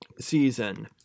season